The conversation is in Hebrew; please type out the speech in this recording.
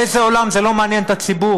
באיזה עולם זה לא מעניין את הציבור?